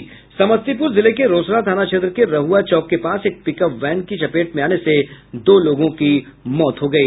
समस्तीपुर जिले के रोसड़ा थाना क्षेत्र के रहुआ चौक के पास एक पिकअप वैन की चपेट में आने से दो लोगों की मौत हो गयी